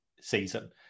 season